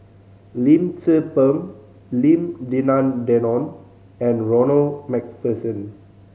Lim Tze Peng Lim Denan Denon and Ronald Macpherson